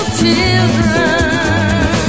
children